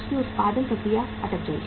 उनकी उत्पादन प्रक्रिया अटक गई